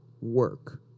work